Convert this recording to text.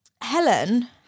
Helen